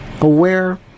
aware